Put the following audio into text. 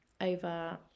over